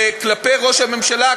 כלפי ראש הממשלה,